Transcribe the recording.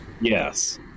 yes